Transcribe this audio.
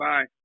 Bye